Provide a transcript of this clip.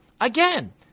Again